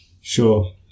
sure